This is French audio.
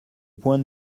point